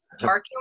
parking